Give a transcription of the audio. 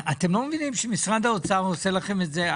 אתם לא מבינים שמשרד האוצר עושה לכם את זה?